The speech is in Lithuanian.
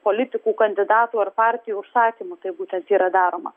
politikų kandidatų ar partijų užsakymu tai būtent yra daroma